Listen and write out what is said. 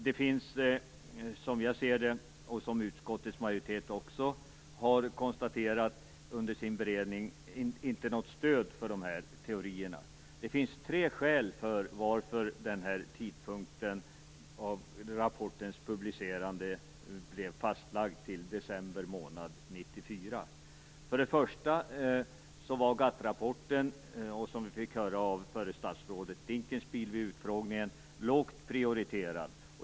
Det finns, som jag ser det och som utskottets majoritet också har konstaterat under sin beredning, inte något stöd för de här teorierna. Det finns tre skäl till att tidpunkten för rapportens publicering blev fastlagd till december månad 1994. För det första var GATT-rapporten, som vi fick höra av förra statsrådet Dinkelspiel vid utfrågningen, lågt prioriterad.